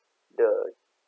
the